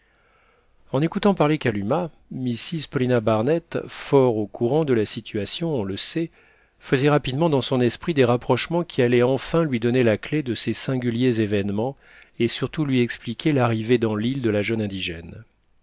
en écoutant parler kalumah mrs paulina barnett fort au courant de la situation on le sait faisait rapidement dans son esprit des rapprochements qui allaient enfin lui donner la clef de ces singuliers événements et surtout lui expliquer l'arrivée dans l'île de la jeune indigène